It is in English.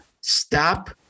stop